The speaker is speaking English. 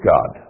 God